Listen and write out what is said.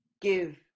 give